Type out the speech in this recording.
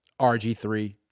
RG3